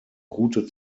gute